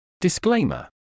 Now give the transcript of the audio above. Disclaimer